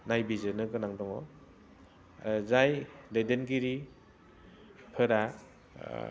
नायबिजिरनो गोनां दङ जाय दैदेनगिरिफोरा